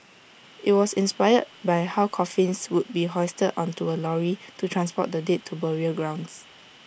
IT was inspired by how coffins would be hoisted onto A lorry to transport the dead to burial grounds